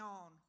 on